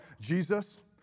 Jesus